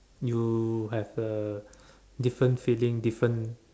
you have a different feeling different